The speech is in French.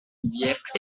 bière